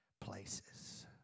places